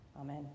Amen